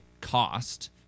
cost